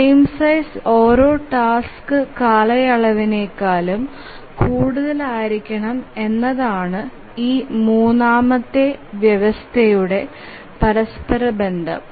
frame size ഓരോ task കാലയളവിനേക്കാളും കൂടുതലായിരിക്കണം എന്നതാണ് ഈ മൂന്നാമത്തെ വ്യവസ്ഥയുടെ പരസ്പരബന്ധം